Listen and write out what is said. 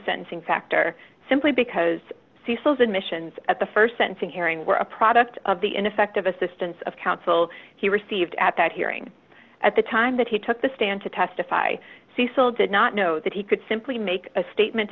sentencing factor simply because cecil's admissions at the st sensing hearing were a product of the ineffective assistance of counsel he received at that hearing at the time that he took the stand to testify cecil did not know that he could simply make a statement